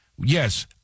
Yes